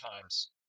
times